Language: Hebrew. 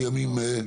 יש,